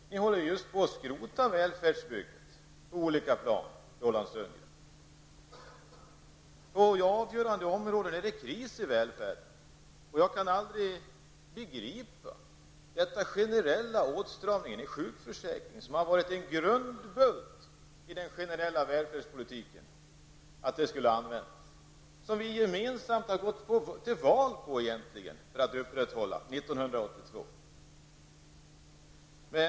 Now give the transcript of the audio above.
Men ni håller just på att skrota välfärdsbygget på olika plan, Roland På avgörande områden är det kris i välfärden, och jag kan inte begripa den generella åtstramningen i sjukförsäkringen, som har varit en grundbult i den generella välfärdspolitiken. Vi har gemensamt år 1982 gått till val på att sjukförsäkringen skall upprätthållas.